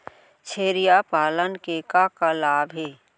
छेरिया पालन के का का लाभ हे?